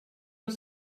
als